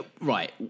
right